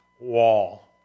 wall